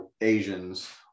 asians